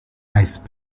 ice